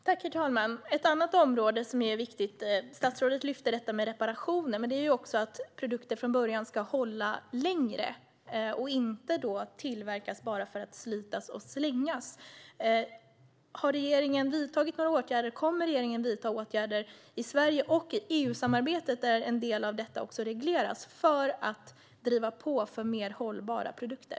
Herr talman! Det finns ett annat område som är viktigt. Statsrådet lyfte upp frågan om reparationer. Men det handlar också om att produkter ska hålla längre från början, inte tillverkas bara för att slitas och slängas. Har regeringen vidtagit åtgärder eller kommer regeringen att vidta åtgärder i Sverige och i EU-samarbetet, där en del av detta regleras, för att driva på för mer hållbara produkter?